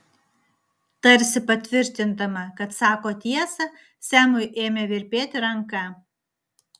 tarsi patvirtindama kad sako tiesą semui ėmė virpėti ranka